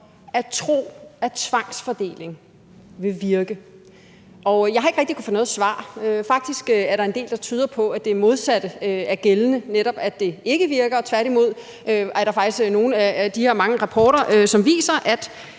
at tro, at tvangsfordeling vil virke, og jeg har ikke rigtig kunnet få noget svar. Faktisk er der en del, der tyder på i, at det modsatte er gældende; at det netop tværtimod ikke virker. Der er faktisk nogle af de her mange rapporter, som viser, at